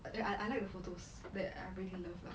then I like the photos that I really love lah